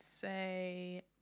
say